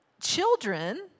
children